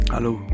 Hello